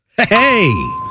Hey